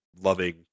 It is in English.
loving